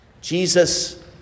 Jesus